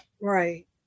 Right